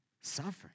suffering